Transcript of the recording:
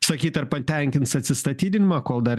sakyt ar patenkins atsistatydinimą kol dar